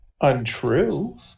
untrue